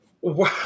Wow